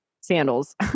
sandals